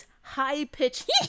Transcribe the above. high-pitched